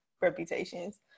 reputations